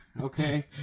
okay